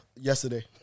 yesterday